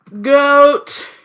Goat